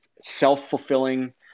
self-fulfilling